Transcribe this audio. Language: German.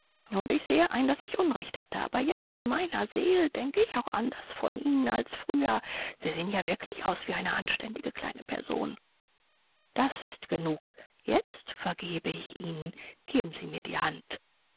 und ich sehe ein daß ich unrecht hatte aber jetzt meiner seel denke ich auch anders von ihnen als früher sie sehen ja wirklich aus wie eine anständige kleine person das ist genug jetzt vergebe ich ihnen geben sie mir die hand